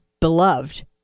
beloved